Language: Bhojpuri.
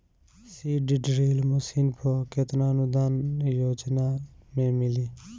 सीड ड्रिल मशीन पर केतना अनुदान योजना में मिली?